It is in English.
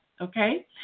Okay